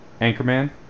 Anchorman